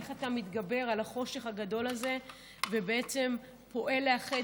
איך אתה מתגבר על החושך הגדול הזה ובעצם פועל לאחד,